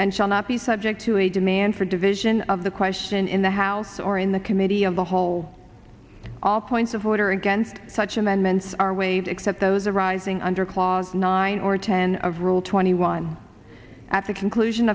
and shall not be subject to a demand for division of the question in the house or in the committee of the whole all points of order against such amendments are waived except those arising under clause nine or ten of rule twenty one at the conclu